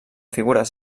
figures